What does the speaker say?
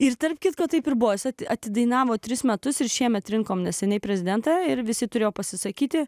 ir tarp kitko taip ir bose atidainavo tris metus ir šiemet rinkome neseniai prezidentą ir visi turėjo pasisakyti